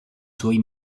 suoi